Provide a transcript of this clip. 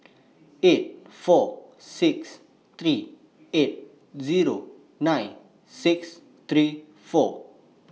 eight four six three eight Zero nine six three four